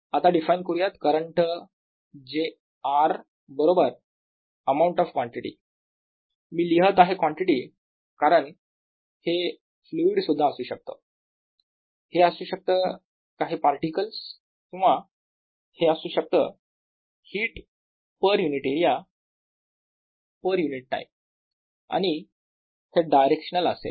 आता डिफाइन करूयात current j r बरोबर अमाऊंट ऑफ कॉन्टिटी मी लिहत आहे कॉन्टिटी कारण हे फ्लुईड सुद्धा असू शकतं हे असू शकतं काही पार्टिकल्स किंवा हे असू शकतं heat per unit area per unit time आणि हे डायरेक्शनल असेल